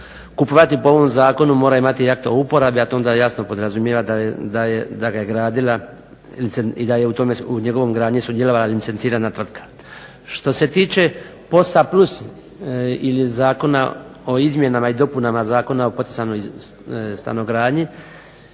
kupovati po ovom zakonu mora imati akt uporablja, a to onda jasno podrazumijeva da ga je gradila i da je u njegovoj gradnji sudjelovala licencirana tvrtka. Što se tiče POS-a plus ili zakona o izmjenama i dopunama Zakona o poticajnoj stanogradnji.